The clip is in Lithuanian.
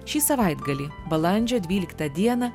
šį savaitgalį balandžio dvyliktą dieną